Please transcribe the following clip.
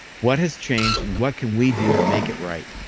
what has changed and what can we do to make it right?